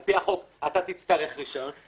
על פי החוק תצטרך רישיון,